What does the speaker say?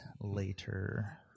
later